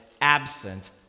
absent